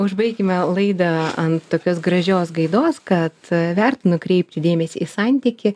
užbaikime laidą ant tokios gražios gaidos kad verta nukreipti dėmesį į santykį